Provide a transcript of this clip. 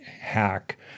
hack